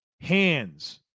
hands